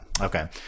Okay